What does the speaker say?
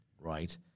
right